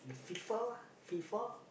F_I_F_A F_I_F_A